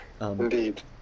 Indeed